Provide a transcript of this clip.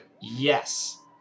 Yes